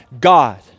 God